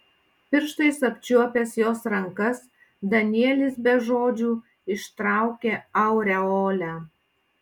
pirštais apčiuopęs jos rankas danielis be žodžių ištraukė aureolę